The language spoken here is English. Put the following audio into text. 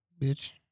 Bitch